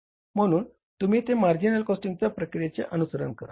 म्हणून तुम्ही येथे मार्जिनल कॉस्टिंगच्या प्रक्रियेचा अनुसरण करा